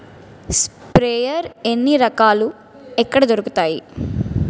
Sprayer ఎన్ని రకాలు? ఎక్కడ దొరుకుతాయి?